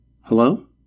hello